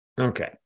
Okay